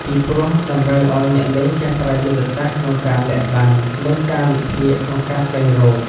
ពីព្រោះ តម្រូវឲ្យអ្នកលេងចេះប្រើយុទ្ធសាស្ត្រក្នុងការលាក់បំបាំង និង ការវិភាគក្នុងការស្វែងរក។